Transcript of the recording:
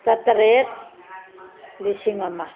ꯆꯥꯇ꯭ꯔꯦꯠ ꯂꯤꯁꯤꯡ ꯑꯃ